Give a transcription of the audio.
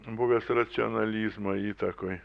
buvęs racionalizmo įtakoj